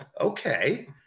okay